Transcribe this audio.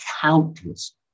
countless